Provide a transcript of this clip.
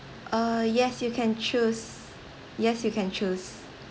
uh yes you can choose yes you can choose